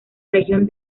región